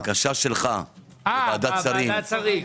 לא, בוועדת שרים.